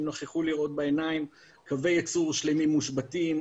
הם נוכחו לראות בעיניים שקווי ייצור שלמים מושבתים,